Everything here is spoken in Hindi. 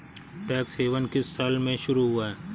टैक्स हेवन किस साल में शुरू हुआ है?